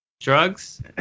drugs